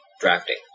drafting